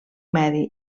medi